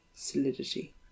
solidity